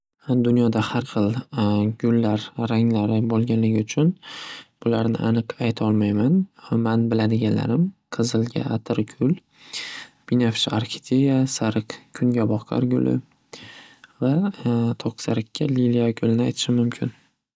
Dunyoda xarxil gullar ranglari bo'lganligi uchun ularni aniq aytolmayman. Man biladiganlarim qizilga atirgul, binafsha arxideya, sariq kungaboqar guli va to'q sariqqa liliya gulini aytishim mumkin.